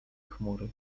chmury